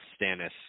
Stannis